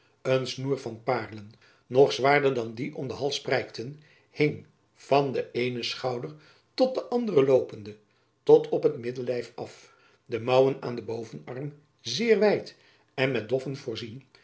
een snoer van paerlen nog zwaarder dan die om den hals prijkten hing van den eenen schouder tot den anderen loopende tot op het middellijf af de mouwen aan den bovenarm zeer wijd en met doffen voorzien